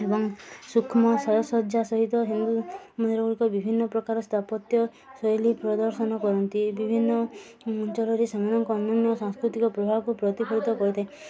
ଏବଂ ସୁକ୍ଷ୍ମ ଶରଜଜ୍ୟା ସହିତ ହିନ୍ଦୁ ମନ୍ଦିର ଗୁଡ଼ିକ ବିଭିନ୍ନ ପ୍ରକାର ସ୍ଥାପତ୍ୟ ଶୈଳୀ ପ୍ରଦର୍ଶନ କରନ୍ତି ବିଭିନ୍ନ ଅଞ୍ଚଳରେ ସେମାନଙ୍କ ଅନନ୍ୟ ସାଂସ୍କୃତିକ ପ୍ରଭାବକୁ ପ୍ରତିଫଳିତ କରିଥାଏ